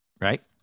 Right